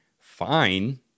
fine